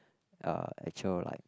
uh actual like